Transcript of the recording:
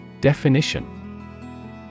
Definition